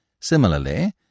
Similarly